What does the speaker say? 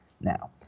Now